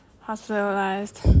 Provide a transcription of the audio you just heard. hospitalized